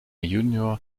junior